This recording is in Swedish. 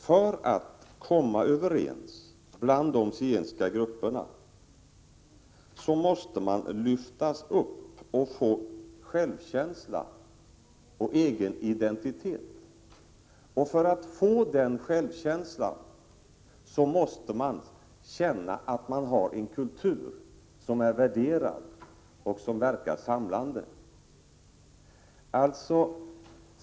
För att de zigenska grupperna skall kunna komma överens måste de lyftas upp och få självkänsla och egen identitet. För att få den självkänslan måste de känna att de har en kultur som är värderad och som verkar samlande.